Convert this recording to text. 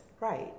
Right